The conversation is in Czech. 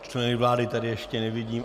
Členy vlády tady ještě nevidím...